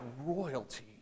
royalty